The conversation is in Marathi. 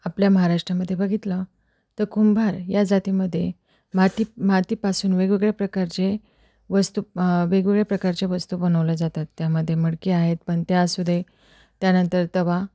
आपल्या महाराष्ट्रामध्ये बघितलं तर कुंभार या जातीमध्ये माती मातीपासून वेगवेगळ्या प्रकारचे वस्तू वेगवेगळ्या प्रकारच्या वस्तू बनवल्या जातात त्यामध्ये मडकी आहेत पण त्या असू दे त्यानंतर तवा